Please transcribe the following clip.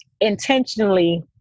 intentionally